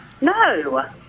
No